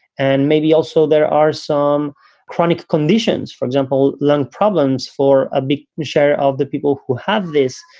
and maybe also there are some chronic conditions, for example, lung problems for a big share of the people who have this,